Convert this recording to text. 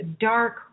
dark